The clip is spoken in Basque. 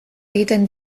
egiten